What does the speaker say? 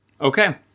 Okay